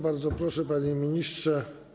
Bardzo proszę, panie ministrze.